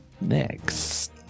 next